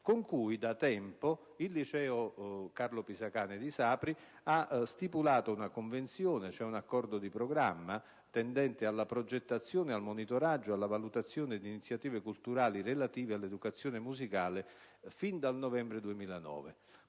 con cui da tempo il liceo «Carlo Pisacane» di Sapri ha stipulato una convenzione, un accordo di programma, tendente alla progettazione, al monitoraggio e alla valutazione di iniziative culturali relative all'educazione musicale, fin dal novembre 2009.